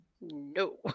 No